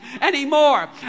anymore